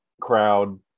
crowd